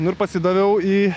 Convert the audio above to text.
nu ir pasidaviau į